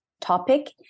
topic